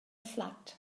fflat